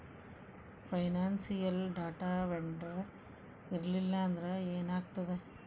Financial data vendor ಇರ್ಲ್ಲಿಲ್ಲಾಂದ್ರ ಏನಾಗ್ತದ?